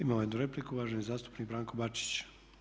Imamo jednu repliku, uvaženi zastupnik Branko Bačić.